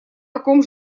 таком